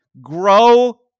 Grow